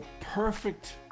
perfect